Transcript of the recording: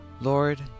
Lord